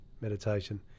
meditation